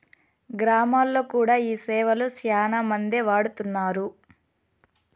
గ్రామాల్లో కూడా ఈ సేవలు శ్యానా మందే వాడుతున్నారు